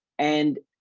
and